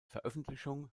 veröffentlichung